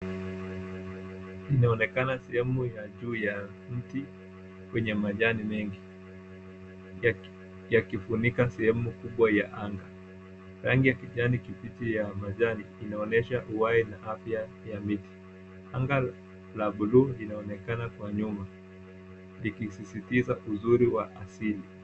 Inaonekana sehemu ya juu ya mti wenye majani mengi, yakifunika sehemu kubwa ya anga. Rangi ya kijani kibichi ya majani inaonesha uwae na afya ya miti. Anga la buluu linaonekana kwa nyuma, likisisitiza uzuri wa asili.